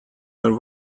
your